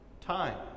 time